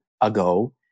ago